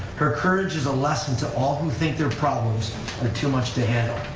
her courage is a lesson to all who think their problems are too much to handle.